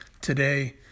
today